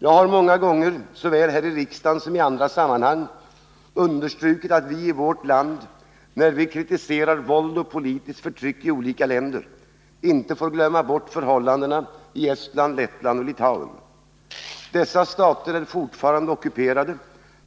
Jag har många gånger såväl här i riksdagen som i andra sammanhang understrukit att vi i vårt land, när vi kritiserar våld och politiskt förtryck i olika länder, inte får glömma bort förhållandena i Estland, Lettland och Litauen. Dessa stater är fortfarande ockuperade,